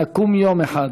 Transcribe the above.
נקום יום אחד